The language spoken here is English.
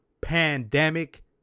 Pandemic